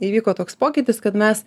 įvyko toks pokytis kad mes